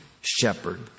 shepherd